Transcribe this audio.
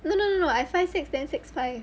no no no no I five six then six five